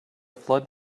flood